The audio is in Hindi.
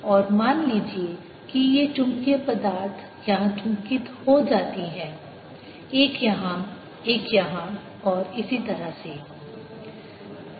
और मान लीजिए कि ये चुंबकीय पदार्थ यहां चुंबकित हो जाती हैं एक यहां एक यहां और इसी तरह से